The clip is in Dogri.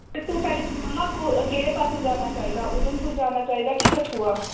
तूं पैहलें सनां हां कु केह्ड़े पास्सै जाना चाहिदा उधमपुर जाना चाहिदा कि कठुआ